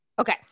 Okay